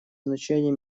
значение